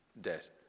debt